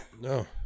no